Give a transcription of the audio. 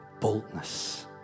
boldness